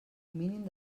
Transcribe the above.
mínim